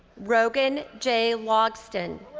rogan j. logsten.